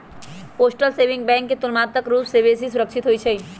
postal saving bank तुलनात्मक रूप से बेशी सुरक्षित होइ छइ